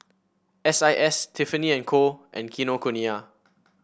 S I S Tiffany And Co and Kinokuniya